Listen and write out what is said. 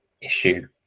issue